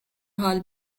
حال